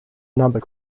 number